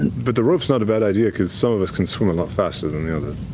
but the rope's not a bad idea, because some of us can swim a lot faster than the others.